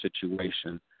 situation